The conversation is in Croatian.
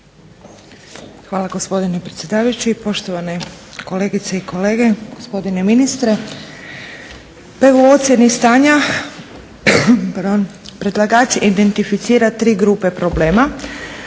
Hvala gospodine predsjedavajući. Poštovane kolegice i kolege, gospodine ministre. Pa evo u ocjeni stanja predlagač identificira tri grupe problema